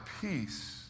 peace